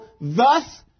thus